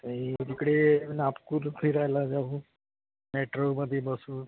नाही तिकडे नागपूर फिरायला जाऊ मेट्रोमध्ये बसू